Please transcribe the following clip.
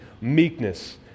meekness